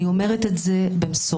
אני אומרת את זה במשורה,